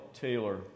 Taylor